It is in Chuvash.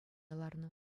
ларнӑ